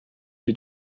die